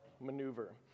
maneuver